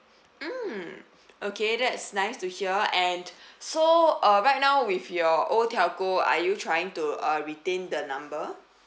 mm okay that's nice to hear and so uh right now with your old telco are you trying to uh retain the number